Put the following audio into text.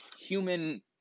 human